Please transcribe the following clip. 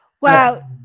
Wow